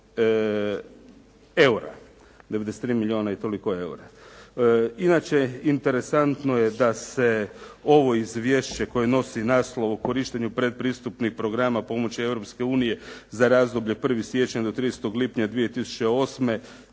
93 milijuna i toliko eura. Inače, interesantno je da se ovo Izvješće koje nosi naslov o korištenju pretpristupnih programa pomoći Europske unije za razdoblje od 1. siječnja do 30. lipnja 2008.